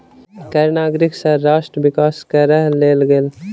कर नागरिक सँ राष्ट्र विकास करअ लेल गेल